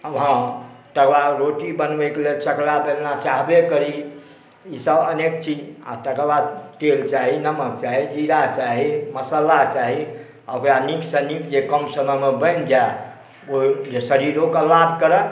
आब हम तकर बाद रोटी बनबैक लेल चकला बेलना चाहबे करी ई सब अनेक चीज तकर बाद तेल चाही नमक चाही जीरा चाही मसल्ला चाही आ ओकरा नीकसॅं नीक जे कम समयमे बनि जाय आइ शरीरोके लाभ करय